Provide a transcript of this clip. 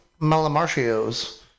Malamarchios